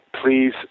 Please